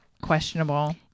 questionable